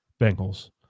Bengals